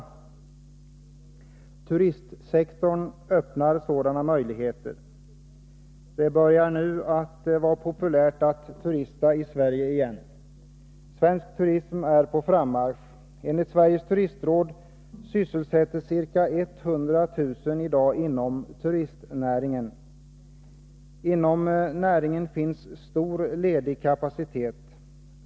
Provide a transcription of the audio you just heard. sättning av ung Turistsektorn öppnar sådana möjligheter. Det börjar vara populärt att domar inom turistturista i Sverige igen. Svensk turism är på frammarsch. Enligt Sveriges sektorn turistråd sysselsätts ca 100 000 inom turistnäringen. Inom näringen finns stor ledig kapacitet.